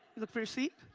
like for your seat?